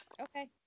Okay